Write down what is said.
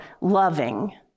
loving